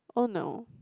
oh no